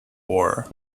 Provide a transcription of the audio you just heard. war